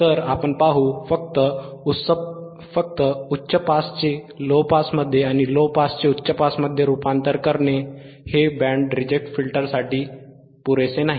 तर आपण पाहू फक्त उच्च पासचे लो पासमध्ये आणि लो पासचे उच्च पासमध्ये रूपांतर करणे हे बँड रिजेक्ट फिल्टरसाठी पुरेसे नाही